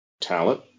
talent